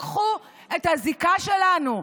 לקחו את הזיקה שלנו,